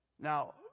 Now